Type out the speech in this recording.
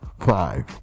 Five